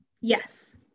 yes